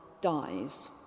dies